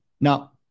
Now